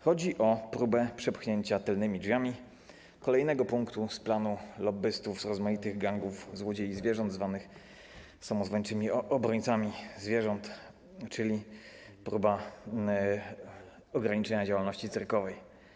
Chodzi o próbę przepchnięcia tylnymi drzwiami kolejnego punktu z planu lobbystów z rozmaitych gangów złodziei zwierząt zwanych samozwańczymi obrońcami zwierząt, czyli próbę ograniczenia działalności cyrkowej.